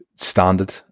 standard